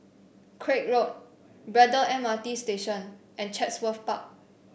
Craig Road Braddell M R T Station and Chatsworth Park